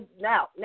Now